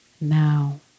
now